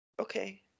Okay